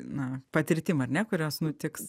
na patirtim ar ne kurios nutiks